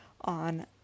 on